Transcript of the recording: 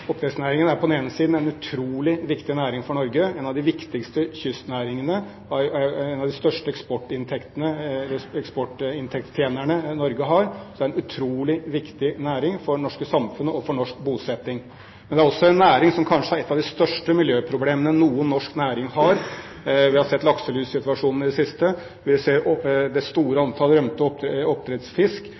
Oppdrettsnæringen er på den ene siden en utrolig viktig næring for Norge, en av de viktigste kystnæringene, en av de største eksportinntektstjenerne Norge har. Så den er en utrolig viktig næring for det norske samfunnet og for norsk bosetting. Men den er også en næring som kanskje har et av de største miljøproblemene noen norsk næring har. Vi har sett lakselussituasjonen i det siste, og vi ser det store antall